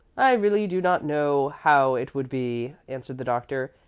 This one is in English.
i really do not know how it would be, answered the doctor.